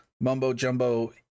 mumbo-jumbo